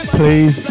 please